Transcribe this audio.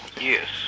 Yes